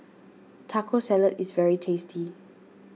Taco Salad is very tasty